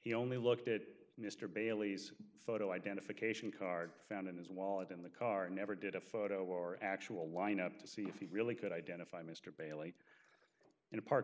he only looked at mr bailey's photo identification card found in his wallet in the car never did a photo or actual lineup to see if he really could identify mr bale later in a park